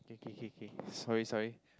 K K K sorry sorry